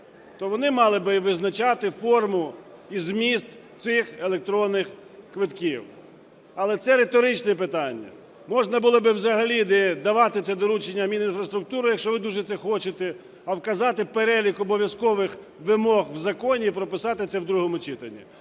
то вони мали би і визначати форму і зміст цих електронних квитків. Але це риторичне питання. Можна було би взагалі не давати це доручення Мінінфраструктури, якщо ви дуже це хочете, а вказати перелік обов'язкових вимог в законі і прописати це в другому читанні.